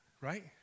Right